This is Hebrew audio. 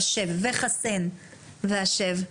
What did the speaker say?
חסן והשב".